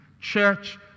Church